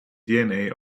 dna